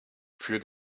für